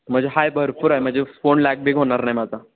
म्हणजे आहे भरपूर आहे म्हणजे फोन लॅग बीग होणार नाही माझा